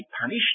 punished